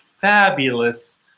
fabulous